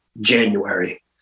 January